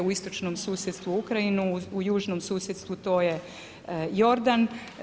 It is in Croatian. U istočnom susjedstvu Ukrajinu, u južnom susjedstvu to je Jordan.